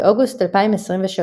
באוגוסט 2023,